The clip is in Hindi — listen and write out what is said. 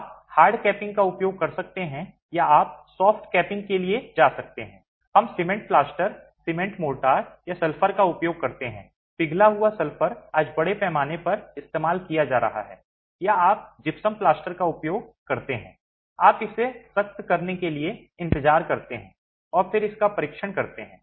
आप हार्ड कैपिंग का उपयोग कर सकते हैं या आप सॉफ्ट कैपिंग के लिए जा सकते हैं हम सीमेंट प्लास्टर सीमेंट मोर्टार या सल्फर का उपयोग करते हैं पिघला हुआ सल्फर आज बड़े पैमाने पर इस्तेमाल किया जा रहा है या आप जिप्सम प्लास्टर का उपयोग करते हैं आप इसे सख्त करने के लिए इंतजार करते हैं और फिर इसका परीक्षण करते हैं